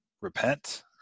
repent